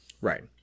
Right